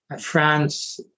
France